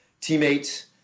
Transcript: teammates